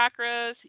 chakras